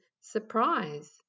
Surprise